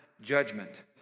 judgment